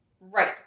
Right